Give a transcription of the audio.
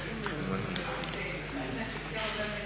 Hvala